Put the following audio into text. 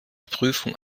prüfung